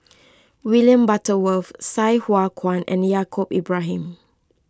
William Butterworth Sai Hua Kuan and Yaacob Ibrahim